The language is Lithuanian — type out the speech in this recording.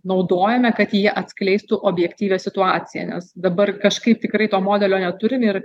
naudojame kad jie atskleistų objektyvią situaciją nes dabar kažkaip tikrai to modelio neturim ir